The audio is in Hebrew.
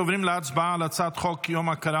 עוברים להצבעה על הצעת חוק יום הוקרה